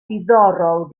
diddorol